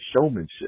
showmanship